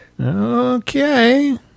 Okay